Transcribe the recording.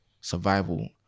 survival